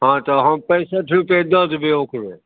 हँ तऽ हम पैंसठि रुपिए दऽ देबै ओकरो